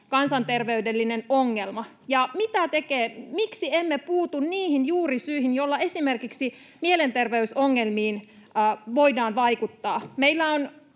kansanterveydellinen ongelma. Miksi emme puutu niihin juurisyihin, joilla esimerkiksi mielenterveysongelmiin voidaan vaikuttaa?